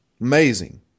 Amazing